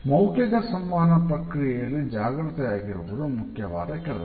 ಮೌಖಿಕ ಸಂವಹನ ಪ್ರಕ್ರಿಯೆಯಲ್ಲಿ ಜಾಗ್ರತೆಯಾಗಿರುವುದು ಮುಖ್ಯವಾದ ಕೆಲಸ